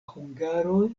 hungaroj